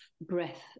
breath